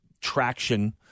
traction